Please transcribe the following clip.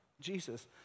Jesus